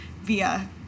via